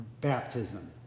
baptism